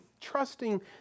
trusting